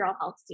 health